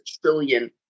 trillion